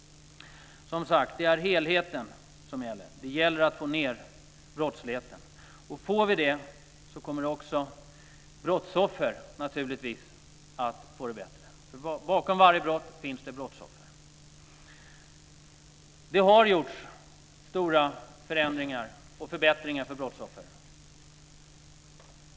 Som sagt, det är helheten som gäller för att man ska få ned brottsligheten. Får vi det kommer naturligtvis också brottsoffren att få det bättre. Bakom varje brott finns det ett brottsoffer. Det har genomförts stora förändringar och förbättringar för brottsoffer.